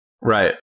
Right